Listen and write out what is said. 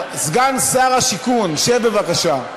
סגן שר השיכון, שב, בבקשה.